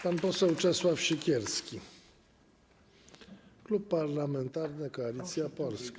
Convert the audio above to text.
Pan poseł Czesław Siekierski, Klub Parlamentarny Koalicja Polska.